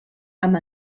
amb